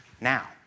now